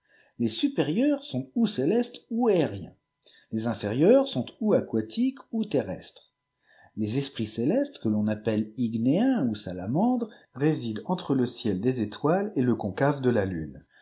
les supérieurs sbnt ou célestes ou aériens les inférieurs sont ou aquatiques ou terrestres les esprits célestes que l'on appelle ignéens ou salamandres résident entre le ciel des étoiles et le concave de la lune